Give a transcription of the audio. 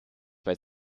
bei